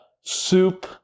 soup